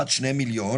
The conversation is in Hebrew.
עד שני מיליון,